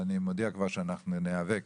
ואני מודיע כבר שאנחנו ניאבק